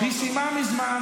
אז תאפשר לי לשמוע אותו.